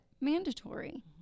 mandatory